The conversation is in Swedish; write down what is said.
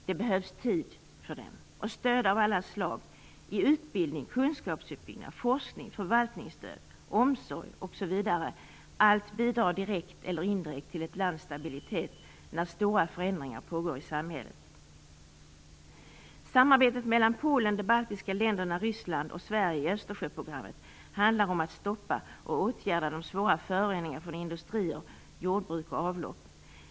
Det behövs tid för dem, och stöd av alla slag i utbildning, kunskapsuppbyggnad, forskning, förvaltning, omsorg osv. Allt bidrar direkt eller indirekt till ett lands stabilitet när stora förändringar pågår i samhället. Ryssland och Sverige i Östersjöprogrammet handlar om att stoppa och åtgärda de svåra föroreningarna från industrier, jordbruk och avlopp.